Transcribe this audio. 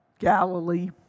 Galilee